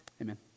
Amen